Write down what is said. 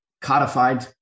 codified